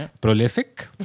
Prolific